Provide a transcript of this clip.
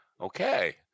Okay